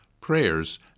prayers